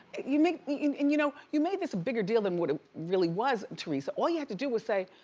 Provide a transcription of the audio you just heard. you made i mean and you know you made this a bigger deal than what it really was, teresa. all you had to do was say,